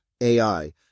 AI